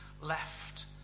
left